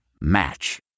Match